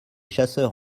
chasseurs